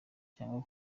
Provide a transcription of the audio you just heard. cyangwa